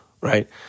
right